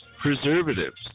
preservatives